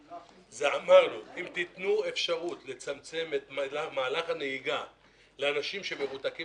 זה כאשר אמרנו: אם תיתנו אפשרות לצמצם את מהלך הנהיגה לאנשים שמרותקים